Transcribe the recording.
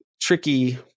tricky